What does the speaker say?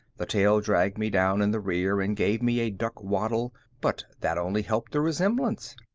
the tail dragged me down in the rear and gave me a duck-waddle, but that only helped the resemblance.